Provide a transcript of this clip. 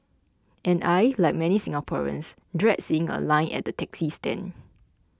and I like many Singaporeans dread seeing a line at the taxi stand